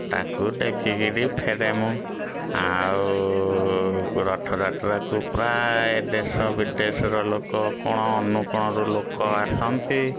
ତାକୁ ଦେଖିକିରି ଫେରେ ମୁଁ ଆଉ ରଥଯାତ୍ରାକୁ ପ୍ରାୟ ଦେଶ ବିଦେଶର ଲୋକ କୋଣ ଅନୁକୋଣରୁ ଲୋକ ଆସନ୍ତି